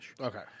Okay